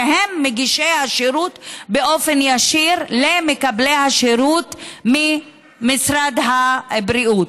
שהן מגישי השירות באופן ישיר למקבלי השירות ממשרד הבריאות.